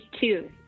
two